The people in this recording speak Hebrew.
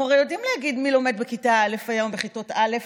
אנחנו הרי יודעים להגיד מי לומד היום בכיתות א',